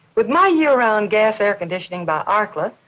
with my year-round gas air conditioning by arkla,